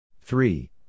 Three